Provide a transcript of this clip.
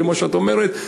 כמו שאת אומרת,